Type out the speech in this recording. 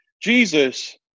Jesus